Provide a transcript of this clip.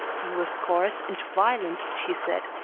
he was coarse and violent, she said,